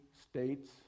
states